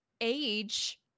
age